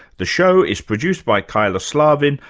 the show is produced by kyla slaven,